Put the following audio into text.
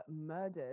murdered